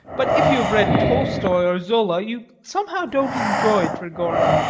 but if you have read tolstoi or zola you somehow don't enjoy trigorin.